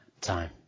time